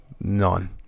None